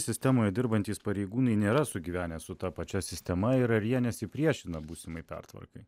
sistemoje dirbantys pareigūnai nėra sugyvenę su ta pačia sistema ir ar jie nesipriešina būsimai pertvarkai